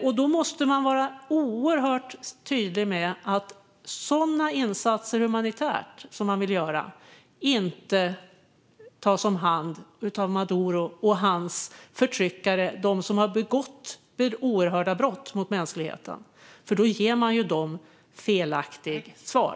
Man måste vara oerhört tydlig med att de humanitära insatser som man vill göra inte tas om hand av Maduro och hans förtryckare, de som har begått oerhörda brott mot mänskligheten. Då ger man dem ett felaktigt svar.